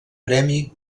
premi